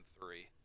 three